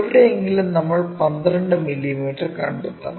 എവിടെയെങ്കിലും നമ്മൾ 12 മില്ലീമീറ്റർ കണ്ടെത്തണം